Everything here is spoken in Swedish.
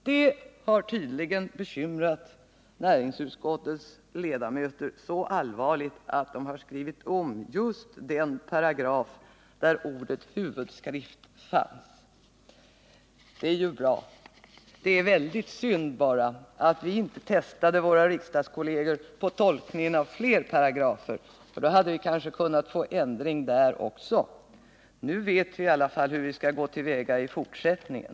Det har tydligen bekymrat utskottets ledamöter så allvarligt att de skrivit om just den paragraf där ordet huvudskrift ingick. Det är ju bra, men det är väldigt synd att vi inte testade våra riksdagskolleger på tolkningen av fler paragrafer. Då hade vi kanske kunnat få en ändring till stånd av dessa också. Nu vet vi i alla fall hur vi skall gå till väga i fortsättningen.